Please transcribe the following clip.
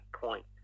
point